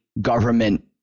government